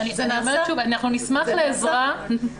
נשמח שתעזרו לנו בזה.